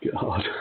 God